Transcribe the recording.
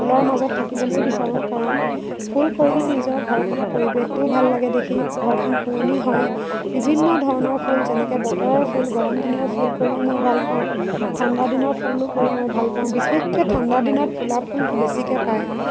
ফুলৰ মাজত থকিবলৈ বিচাৰোঁ কাৰণ ফুল কৰিলে নিজৰ ঘৰখনৰ পৰিৱেশটোও ভাল লাগে দেখি ঘৰখন শুৱনি হয় বিভিন্ন ধৰণৰ ফুল যেনেকে বতৰৰ ফুল গৰম দিনৰ ফুল কৰিও মই ভাল পাওঁ ঠাণ্ডা দিনৰ ফুলো কৰি মই ভাল পাওঁ বিশেষকৈ ঠাণ্ডা দিনত ফুলা ফুলটো বেছিকৈ পায়